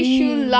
yes